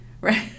right